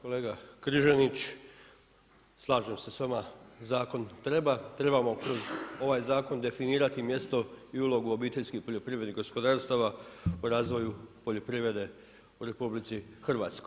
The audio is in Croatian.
Kolega Križanić, slažem se sa vama zakon treba, trebamo kroz ovaj zakon definirati mjesto i ulogu obiteljskih poljoprivrednih gospodarstava o razvoju poljoprivrede u RH.